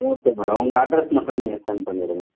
okay madam உங்கள் address மட்டும் நீங்கள் செண்ட் பண்ணிவிடுங்க